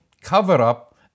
cover-up